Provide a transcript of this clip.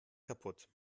kaputt